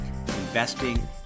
investing